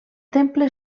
temple